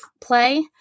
play